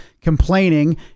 complaining